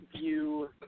view